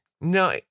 No